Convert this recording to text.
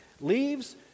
Leaves